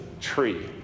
tree